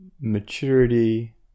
maturity